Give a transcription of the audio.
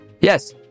Yes